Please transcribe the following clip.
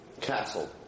castle